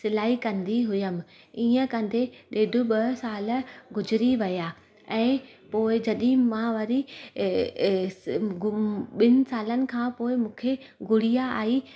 सिलाई कंदी हुअमि ईअं कंदे ॾेढ ॿ साल गुज़री विया ऐं पोए जॾहिं मां वरी ॿिनि सालनि खां पोए मूंखे गुड़िया आई